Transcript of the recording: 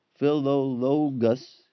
Philologus